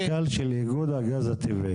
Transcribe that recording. המנכ"ל של איגוד הגז הטבעי?